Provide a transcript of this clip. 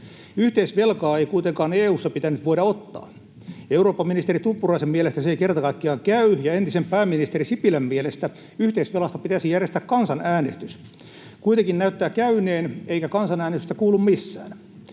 Yhteisvelkaa ei kuitenkaan EU:ssa pitänyt voida ottaa. Eurooppaministeri Tuppuraisen mielestä se ei kerta kaikkiaan käy, ja entisen pääministeri Sipilän mielestä yhteisvelasta pitäisi järjestää kansanäänestys. Kuitenkin näin näyttää käyneen, eikä kansan-äänestystä kuulu missään.